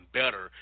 better